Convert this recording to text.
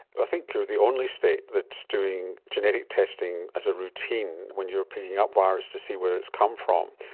i think you're the only state that is doing genetic testing as a routine when you are picking up virus, to see where it has come from.